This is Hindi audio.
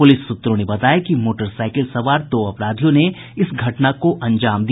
पुलिस सूत्रों ने बताया कि मोटरसाईकिल सवार दो अपराधियों ने इस घटना को अंजाम दिया